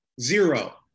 Zero